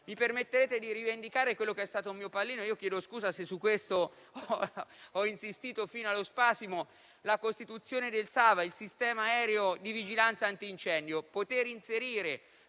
Permettetemi di rivendicare quello che è stato un mio pallino (chiedo scusa se su questo ho insistito fino allo spasimo): la costituzione del SAVA, il Sistema aereo di vigilanza antincendio. Poter inserire